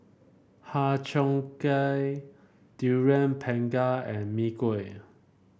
Har Cheong Gai Durian Pengat and Mee Kuah